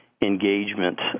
engagement